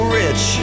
rich